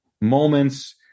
moments